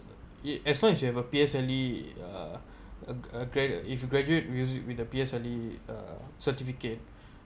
it as long as you have a P_S_L_E uh uh uh graduate if you graduate with the P_S_L_E uh certificate